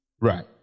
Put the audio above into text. Right